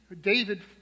David